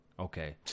Okay